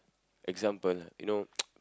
example you know